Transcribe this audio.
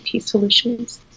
solutions